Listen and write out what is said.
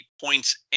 points